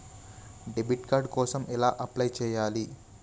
Debit card కోసం ఎలా apply చేయాలి?